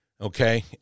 Okay